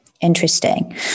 interesting